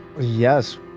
Yes